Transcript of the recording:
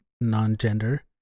non-gender